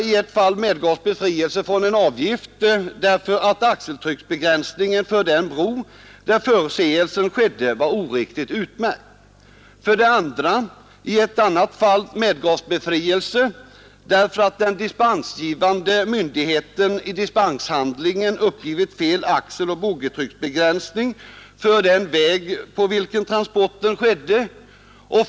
I ett fall medgavs befrielse från avgift därför att axeltrycksbegränsningen för den bro där förseelsen skedde var oriktigt utmärkt. I ett annat fall medgavs befrielse därför att den dispensgivande myndigheten i dispenshandlingen uppgivit fel axeloch boggitrycksbegränsning för den väg på vilken transporten ägde rum.